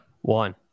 One